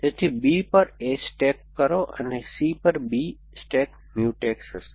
તેથી B પર A stack કરો અને C પર B સ્ટેક મ્યુટેક્સ હશે